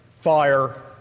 fire